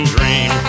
Dream